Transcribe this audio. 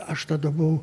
aš tada buvau